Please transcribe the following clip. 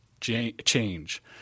change